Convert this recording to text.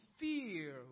fear